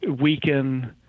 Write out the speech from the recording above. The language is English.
weaken